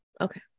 Okay